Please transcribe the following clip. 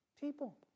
people